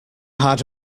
had